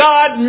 God